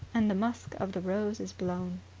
and the musk of the rose is blown.